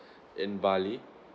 in bali